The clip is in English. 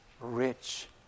rich